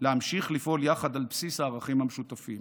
להמשיך לפעול יחד על בסיס הערכים המשותפים.